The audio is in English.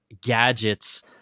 gadgets